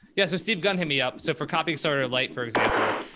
yeah. so steve gunn hit me up. so for copy accelerator lite, for example,